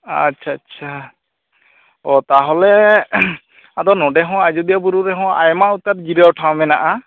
ᱟᱪᱪᱷᱟ ᱪᱷᱟ ᱚᱸᱻ ᱛᱟᱦᱚᱞᱮ ᱟᱫᱚ ᱱᱚᱰᱮ ᱦᱚᱸ ᱟᱡᱚᱫᱤᱭᱟᱹ ᱵᱩᱨᱩ ᱨᱮᱦᱚᱸ ᱟᱭᱢᱟ ᱩᱛᱟᱹᱨ ᱡᱤᱨᱟᱹᱣ ᱴᱷᱟᱶ ᱢᱮᱱᱟᱜᱼᱟ